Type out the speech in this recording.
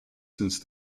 since